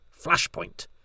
Flashpoint